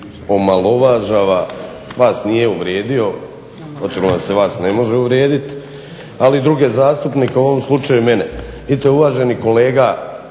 omalovažava, vas nije uvrijedio, očito da se na vas ne može uvrijediti, ali druge zastupnike u ovom slučaju mene. Vidite uvaženi kolega